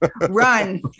run